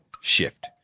shift